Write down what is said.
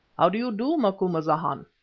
how do you do, macumazahn?